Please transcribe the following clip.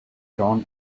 drawn